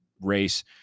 race